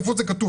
איפה זה כתוב.